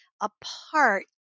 apart